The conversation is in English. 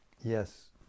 yes